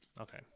Okay